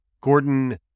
Gordon